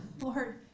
Lord